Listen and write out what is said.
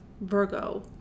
Virgo